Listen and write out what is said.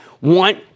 want